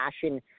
passion